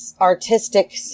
artistic